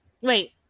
Wait